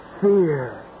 fear